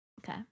Okay